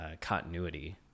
continuity